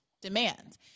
demands